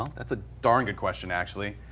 that's a darn good question actually.